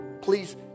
Please